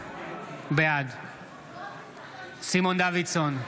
בעד סימון דוידסון,